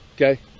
Okay